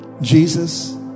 Jesus